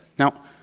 now,